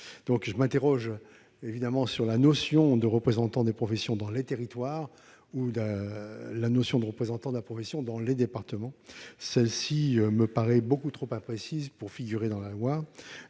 Je m'interroge sur la notion de représentants de la profession dans les territoires et celle de représentants de la profession dans les départements. Elles me paraissent beaucoup trop imprécises pour figurer dans la loi.